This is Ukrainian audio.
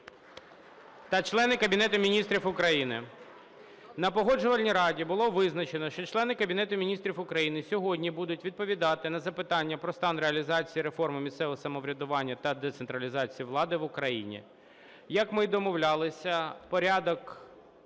На Погоджувальній раді було визначено, що члени Кабінету Міністрів України сьогодні будуть відповідати на запитання про стан реалізації реформи місцевого самоврядування та децентралізації влади в Україні. Як ми і домовлялися, порядок